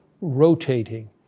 rotating